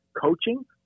coaching